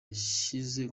yashyize